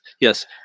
yes